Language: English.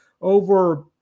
over